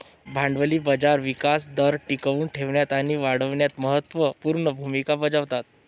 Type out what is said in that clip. भांडवली बाजार विकास दर टिकवून ठेवण्यात आणि वाढविण्यात महत्त्व पूर्ण भूमिका बजावतात